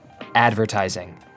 Advertising